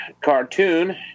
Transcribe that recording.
cartoon